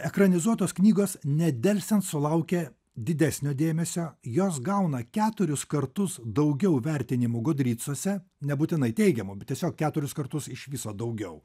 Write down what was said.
ekranizuotos knygos nedelsiant sulaukia didesnio dėmesio jos gauna keturis kartus daugiau vertinimų gudricuose nebūtinai teigiamo bet tiesiog keturis kartus iš viso daugiau